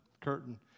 curtain